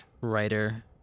writer